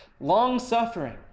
long-suffering